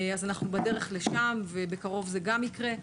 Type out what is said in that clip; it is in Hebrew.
אנחנו בדרך לשם, ובקרוב זה גם יקרה,